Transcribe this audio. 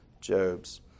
Job's